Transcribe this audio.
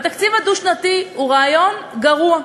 התקציב הדו-שנתי הוא רעיון גרוע.